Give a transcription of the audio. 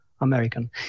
American